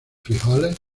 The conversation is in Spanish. frijoles